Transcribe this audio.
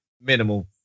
minimal